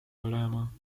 olema